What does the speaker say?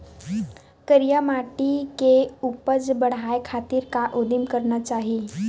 करिया माटी के उपज बढ़ाये खातिर का उदिम करना चाही?